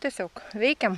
tiesiog veikiam